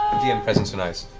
dm presents are nice.